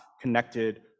connected